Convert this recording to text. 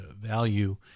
value